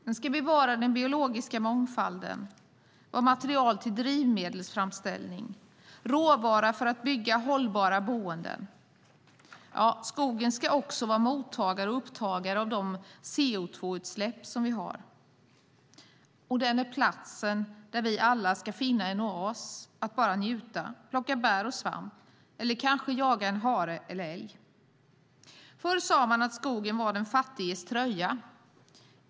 Den ska bevara den biologiska mångfalden och vara material för drivmedelsframställning och råvara för att bygga hållbara boenden. Skogen ska också vara mottagare och upptagare av de CO2-utsläpp vi har, och den är platsen där vi alla ska finna en oas där vi bara kan njuta, plocka bär och svamp eller kanske jaga en hare eller älg. Förr sade man att skogen var den fattiges tröja.